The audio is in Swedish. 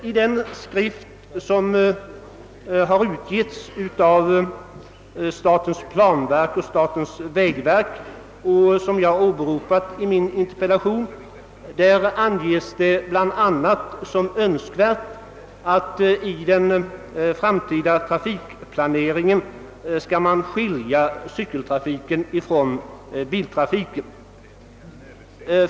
I den broschyr angående riktlinjer för stadsplanering med hänsyn till trafiksäkerhet, som har utgivits av statens planverk i samverkan med statens vägverk och som jag åberopat i min interpellation, anges bl.a. som önskvärt att det i den framtida trafikplaneringen skiljs mellan cykeltrafiken och biltrafiken.